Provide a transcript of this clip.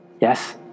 Yes